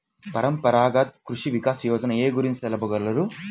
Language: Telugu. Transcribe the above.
పరంపరాగత్ కృషి వికాస్ యోజన ఏ గురించి తెలుపగలరు?